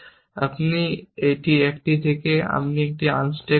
আপনি একটি থেকে একটি আনস্ট্যাক করবেন